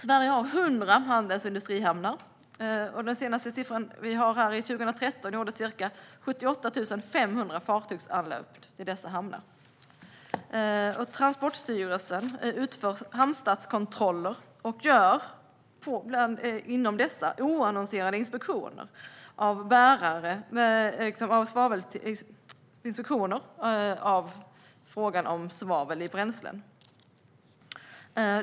Sverige har 100 handels och industrihamnar. Den senaste siffran vi har är från 2013. Då gjordes ca 78 500 fartygsanlöp i dessa hamnar. Transportstyrelsen utför hamnstatskontroller och gör inom dessa oannonserade inspektioner när det gäller svavel i bränslen.